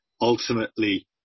ultimately